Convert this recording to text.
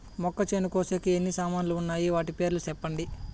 మొక్కచేను కోసేకి ఎన్ని సామాన్లు వున్నాయి? వాటి పేర్లు సెప్పండి?